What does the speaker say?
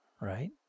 right